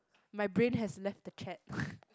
my brain has left the chat